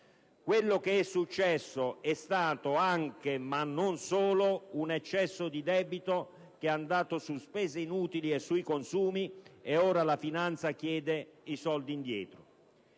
Quello che è successo è stato anche, ma non solo, un eccesso di debito che è andato su spese inutili e sui consumi, e ora la finanza chiede i soldi indietro.